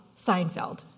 Seinfeld